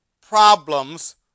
problems